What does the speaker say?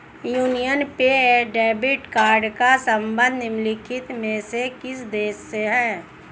Union पे debit card का संबंध निम्नलिखित में से किस देश से है?